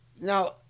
Now